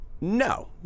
No